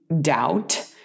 doubt